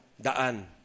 daan